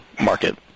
market